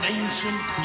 ancient